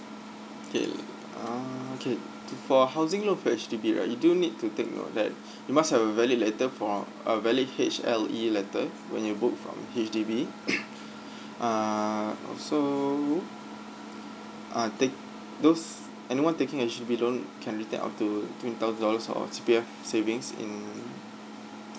K uh okay to for housing your H_D_B right you do need to take note that you must have a valid letter for a valid H_L_E letter when you book from H_D_B uh also uh take those anyone taking H_D_B loan can be take up to twenty thousand dollars of C_P_F savings in